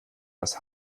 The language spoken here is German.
das